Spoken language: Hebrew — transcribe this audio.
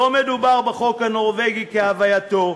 לא מדובר בחוק הנורבגי כהווייתו,